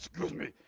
excuse me.